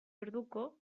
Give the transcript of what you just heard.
orduko